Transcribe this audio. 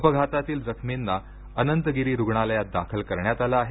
अपघातातील जखमींना अंनंतगिरी रुग्णालयात दाखल करण्यात आलं आहे